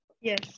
Yes